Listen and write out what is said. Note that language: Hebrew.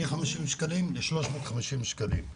מ-50 שקלים ל-350 שקלים לילד.